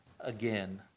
again